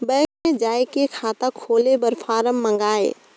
Bank मे जाय के खाता खोले बर फारम मंगाय?